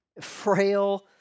frail